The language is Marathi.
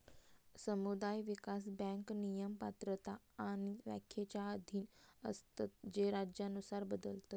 समुदाय विकास बँक नियम, पात्रता आणि व्याख्येच्या अधीन असतत जे राज्यानुसार बदलतत